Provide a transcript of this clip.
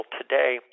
today